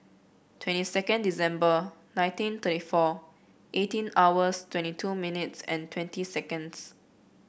twenty second December ninety thirty four eighteen hours twenty two minutes and twenty seconds